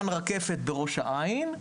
למשל גן רקפת בראש העין,